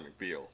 McBeal